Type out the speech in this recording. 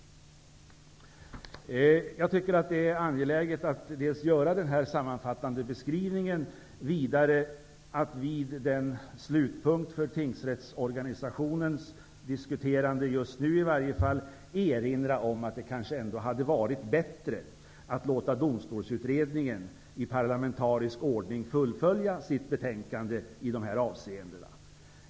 Jag tycker att det är angeläget att göra denna sammanfattande beskrivning, vidare att vid den slutpunkt för tingsrättsorganisationens diskuterande, just nu i alla fall, erinra om att det kanske ändå hade varit bättre att låta Domstolsutredningen i parlamentarisk ordning fullfölja sitt betänkande i dessa avseenden.